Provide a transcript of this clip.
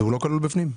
הוא לא כלול בפנים?